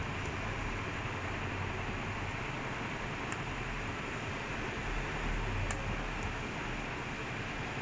okay I got I think I got it I got it I got it so they're saying that day I watch this நல்ல:nalla tamil movie right